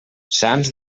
sants